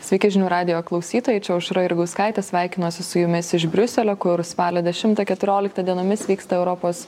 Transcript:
sveiki žinių radijo klausytojai čia aušra jurgauskaitė sveikinuosi su jumis iš briuselio kur spalio dešimtą keturioliktą dienomis vyksta europos